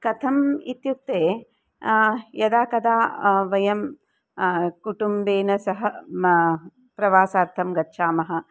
कथम् इत्युक्ते यदा कदा वयं कुटुम्बेन सह मा प्रवासार्थं गच्छामः